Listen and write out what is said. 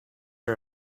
are